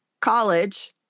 college